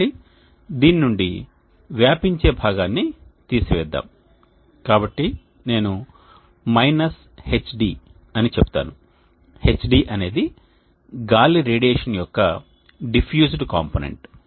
కాబట్టి దీని నుండి వ్యాపించే భాగాన్ని తీసివేద్దాం కాబట్టి నేను మైనస్ Hd అని చెబుతాను Hd అనేది గాలి రేడియేషన్ యొక్క డిఫ్యూజ్ కాంపోనెంట్